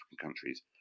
countries